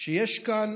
שיש כאן